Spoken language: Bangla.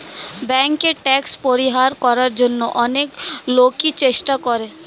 ব্যাংকে ট্যাক্স পরিহার করার জন্য অনেক লোকই চেষ্টা করে